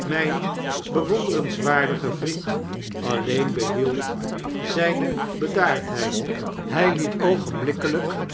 myn bewonderenswaardige vriend alleen behield zijne bedaardheid hy het